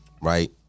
right